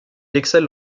excelle